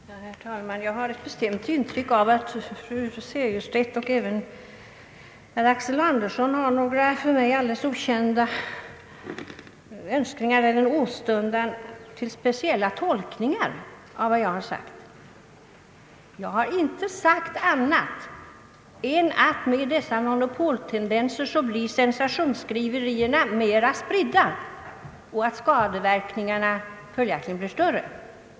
Herr talman! Jag har ett bestämt intryck av att fru Segerstedt Wiberg och även herr Axel Andersson har någon för mig alldeles obegriplig önskan eller åstundan till speciella tolkningar av vad jag har sagt. Det är dock ingenting annat jag har sagt än att med dessa monopoltendenser blir sensationsskriverierna mera spridda och skadeverkningarna följaktligen större.